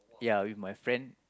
ya with my friend